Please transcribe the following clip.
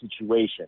situation